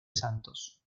santos